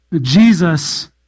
Jesus